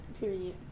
Period